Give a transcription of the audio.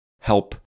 help